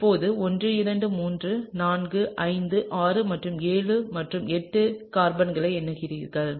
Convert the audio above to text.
இப்போது 1 2 3 4 5 6 மற்றும் 7 மற்றும் 8 கார்பன்களை எண்ணுகிறேன்